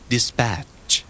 Dispatch